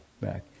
back